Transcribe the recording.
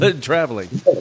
traveling